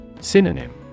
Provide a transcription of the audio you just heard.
Synonym